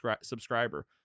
subscriber